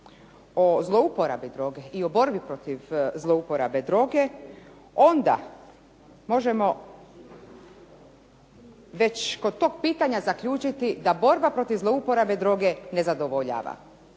o zlouporabi droge i o borbi protiv zlouporabe droge onda možemo već kod tog pitanja zaključiti da borba protiv zlouporabe droge ne zadovoljava.